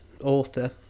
author